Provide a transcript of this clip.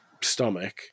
stomach